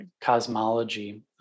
cosmology